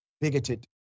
bigoted